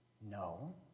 No